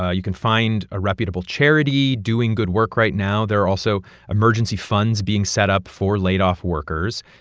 ah you can find a reputable charity doing good work right now. there are also emergency funds being set up for laid off workers.